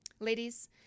Ladies